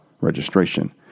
registration